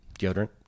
Deodorant